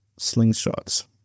Slingshots